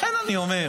לכן אני אומר,